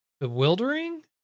bewildering